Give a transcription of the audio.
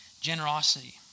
Generosity